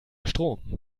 strom